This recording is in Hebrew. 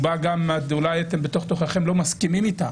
שאולי בתוך תוככם אתם ברובה לא מסכימים איתה,